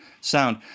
sound